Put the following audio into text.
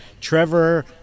Trevor